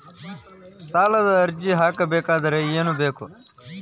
ಸಾಲದ ಅರ್ಜಿ ಹಾಕಬೇಕಾದರೆ ಏನು ಬೇಕು?